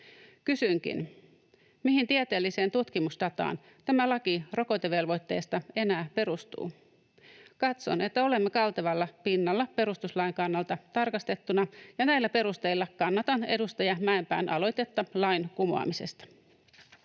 Kysynkin: mihin tieteelliseen tutkimusdataan laki rokotevelvoitteesta enää perustuu? Katson, että olemme kaltevalla pinnalla perustuslain kannalta tarkastettuna, ja näillä perusteilla kannatan edustaja Mäenpään aloitetta lain kumoamisesta.